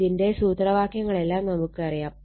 ഇതിന്റെ സൂത്രവാക്യങ്ങളെല്ലാം നമുക്കറിയാം